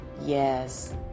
Yes